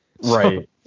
Right